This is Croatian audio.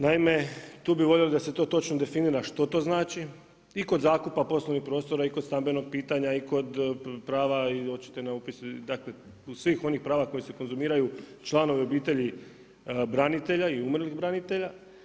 Naime, tu bi volio da se tu točno definira što to znači i kod zakupa poslovnih prostora i kod stamenog pitanja i kod prav i hoćete na upis, dakle, kod svih oni h prava koje se konzumiraju članove obitelji branitelja i umrlih branitelja.